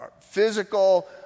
physical